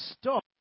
stop